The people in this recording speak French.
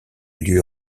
lieu